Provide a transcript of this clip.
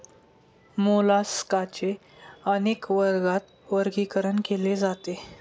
मोलास्काचे अनेक वर्गात वर्गीकरण केले जाते